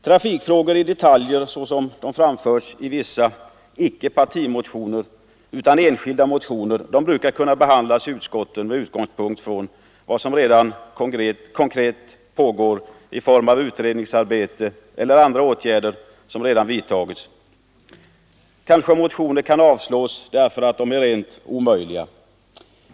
Detaljer i trafikfrågor såsom de har framförts i vissa icke partimotioner utan i enskilda motioner brukar kunna behandlas i utskotten med utgångspunkt från vad som redan konkret pågår i form av utredningsarbete eller åtgärder som redan vidtagits. Kanske motioner kan avslås därför att de är rent omöjliga.